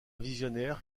visionnaire